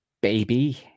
Baby